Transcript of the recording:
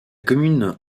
commune